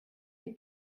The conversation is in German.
die